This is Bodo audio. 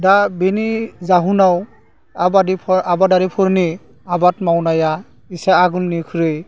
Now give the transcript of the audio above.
दा बिनि जाहोनाव आबादारिफोरनि आबाद मावनाया इसे आगोलनिख्रुइ